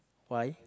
why